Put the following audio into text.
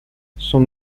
son